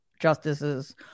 justices